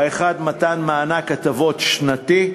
האחד, מתן מענק הטבות שנתי,